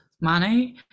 money